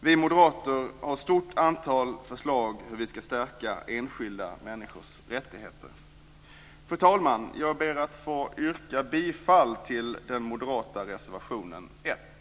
Vi moderater har ett stort antal förslag till hur vi ska stärka enskilda människors rättigheter. Fru talman! Jag ber att få yrka bifall till den moderata reservationen 1.